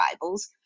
Bibles